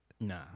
Nah